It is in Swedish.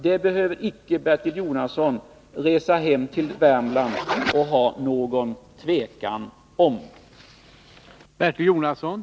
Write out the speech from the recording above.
Det behöver Bertil Jonasson inte hysa något tvivel om när han reser hem till Värmland.